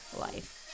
life